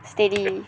steady